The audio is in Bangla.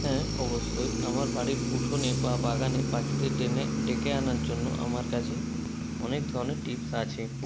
হ্যাঁ অবশ্যই আমার বাড়ির উঠোনে বা বাগানে পাখিদের টেনে ডেকে আনার জন্য আমার কাছে অনেক ধরনের টিপস আছে